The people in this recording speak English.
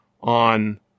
on